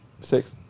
Six